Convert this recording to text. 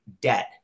debt